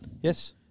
Yes